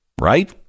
right